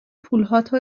پولهاتو